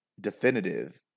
definitive